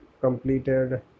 completed